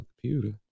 computer